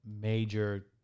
major